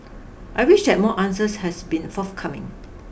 I wish that more answers has been forthcoming